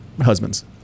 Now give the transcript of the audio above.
husbands